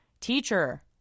Teacher